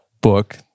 book